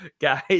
guys